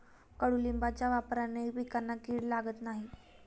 कडुलिंबाच्या वापरानेही पिकांना कीड लागत नाही